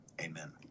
amen